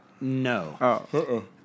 No